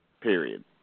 period